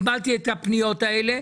קיבלתי את הפניות האלה,